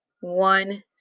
one